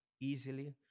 easily